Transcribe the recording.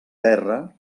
terra